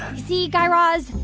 see, guy raz,